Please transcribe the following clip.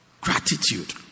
Gratitude